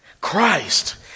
Christ